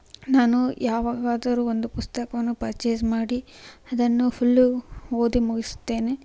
ನಾನೂ ಯಾವಾಗಾದರೂ ಒಂದು ಪುಸ್ತಕವನ್ನು ಪರ್ಚೇಸ್ ಮಾಡಿ ಅದನ್ನು ಫುಲ್ಲು ಓದಿ ಮುಗಿಸ್ತೇನೆ